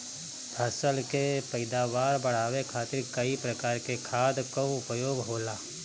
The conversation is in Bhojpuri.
फसल के पैदावार बढ़ावे खातिर कई प्रकार के खाद कअ उपयोग होला